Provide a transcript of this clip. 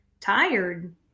Tired